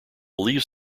leaves